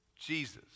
Jesus